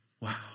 wow